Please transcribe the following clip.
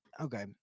okay